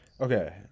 Okay